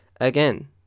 again